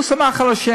הוא סמך על ה',